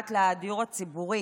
נוגעת לדיור הציבורי.